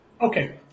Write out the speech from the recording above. Okay